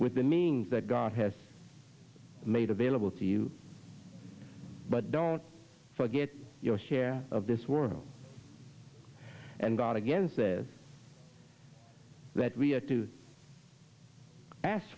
the meanings that god has made available to you but don't forget your share of this world and god again says that we are to ask